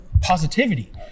positivity